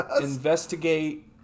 investigate